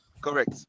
Correct